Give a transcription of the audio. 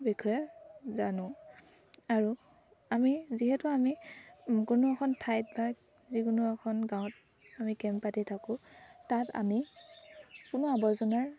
বিষয়ে জানো আৰু আমি যিহেতু আমি কোনো এখন ঠাইত বা যিকোনো এখন গাঁৱত আমি কেম্প পাতি থাকোঁ তাত আমি কোনো আৱৰ্জনাৰ